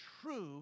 true